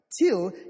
till